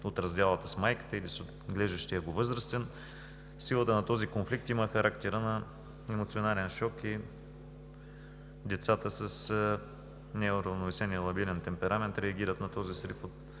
от раздялата с майката или с отглеждащия го възрастен. Силата на този конфликт има характера на емоционален шок и децата с неуравновесен и лабилен темперамент реагират на този срив